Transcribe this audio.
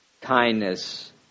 kindness